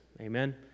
Amen